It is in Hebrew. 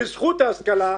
בזכות ההשכלה,